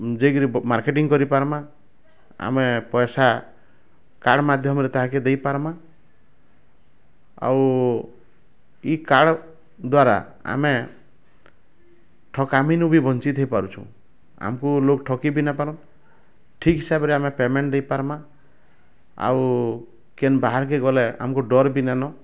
ଯେଇକିରି marketing କରିପାର୍ମା ଆମେ ପଇସା କାର୍ଡ଼ ମାଧ୍ୟମରେ ତାହେକେ ଦେଇପାର୍ମା ଆଉ ଏଇ କାର୍ଡ଼ ଦ୍ୱାରା ଆମେ ଠକାମୀନୁବି ବଞ୍ଚି ଥେଇ ପାରୁଛୁ ଆମକୁ ଲୋକ ଠକିବି ନେଇ ପାରନ୍ ଠିକ୍ ହିସାବରେ ଆମେ ପେମେଣ୍ଟ ଦେଇ ପରମା ଆଉ କେନ୍ ବାହାରକେ ଗଲେ ଆମକୁ ଡରବି ନେଇଁନ